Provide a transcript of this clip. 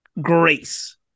grace